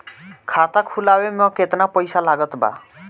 खाता खुलावे म केतना पईसा लागत बा?